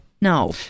No